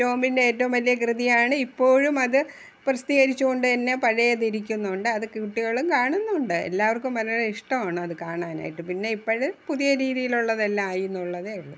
ടോമിൻ്റെ ഏറ്റവും വലിയ കൃതിയാണ് ഇപ്പോഴും അതു പ്രസിദ്ധീകരിച്ചു കൊണ്ടു തന്നെ പഴയതിരിക്കുന്നുണ്ട് അതു കുട്ടികളും കാണുന്നുണ്ട് എല്ലാവർക്കും വളരെ ഇഷ്ടമാണ് അതു കാണാനായിട്ടു പിന്നെ ഇപ്പോൾ പുതിയ രീതിയിലുള്ളതെല്ലാം ആയിയെന്നുള്ളതേ ഉള്ളു